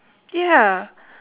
ya